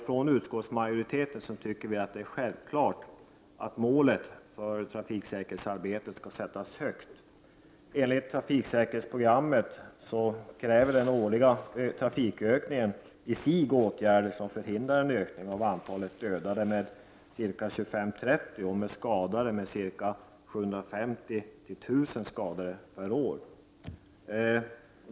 Från majoriteten tycker vi att det är självklart att målet för trafiksäkerhetsarbetet skall sättas högt. Enligt trafiksäkerhetsprogrammet kräver den årliga trafikökningen i sig åtgärder som förhindrar en ökning av antalet dödade med 25—30 och skadade med 750—1 000 per år.